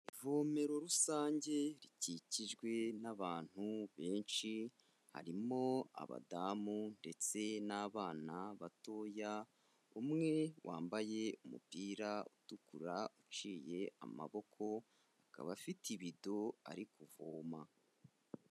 Ivomero rusange, rikikijwe n'abantu benshi, harimo abadamu ndetse n'abana batoya, umwe wambaye umupira utukura uciye amaboko, akaba afite ibido ari kuvoma.